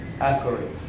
accurate